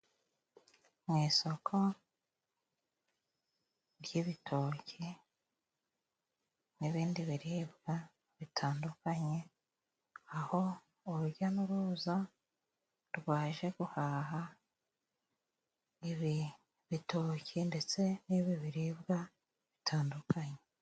Mu isoko ry'ibitoki n'ibindi biribwa, bitandukanye aho urujya n'uruza, rwaje guhaha ibi bitoki, ndetse n'ibi biribwa bitandukanye.